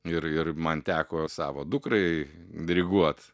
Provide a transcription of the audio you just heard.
ir ir man teko savo dukrai diriguot